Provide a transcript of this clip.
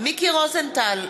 מיקי רוזנטל,